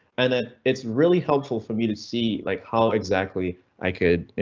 and then it's really helpful for me to see like how exactly i could,